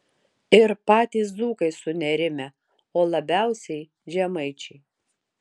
ir patys dzūkai sunerimę o labiausiai žemaičiai